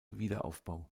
wiederaufbau